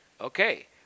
Okay